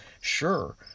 Sure